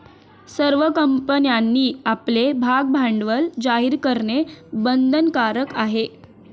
सर्व कंपन्यांनी आपले भागभांडवल जाहीर करणे बंधनकारक आहे